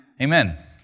Amen